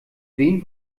wen